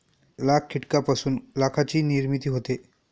लाख कीटकांपासून लाखाची निर्मिती होते